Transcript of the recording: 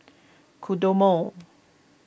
Kodomo